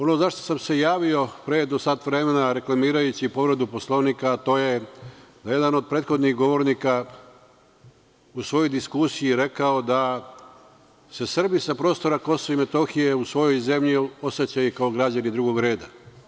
Ono za šta sam se javio pre jedno sat vremena reklamirajući povredu Poslovnika, to je jedan od prethodnih govornika u svojoj diskusiji rekao da se Srbi sa prostora Kosova i Metohije u svojoj zemlji osećaju kao građani drugog reda.